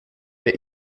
der